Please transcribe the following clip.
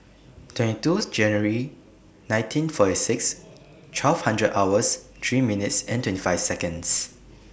twenty two January nineteen forty six twelve hundred hours three minutes twenty five Seconds